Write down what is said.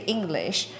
English